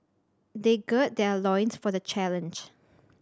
they gird their loins for the challenge